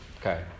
Okay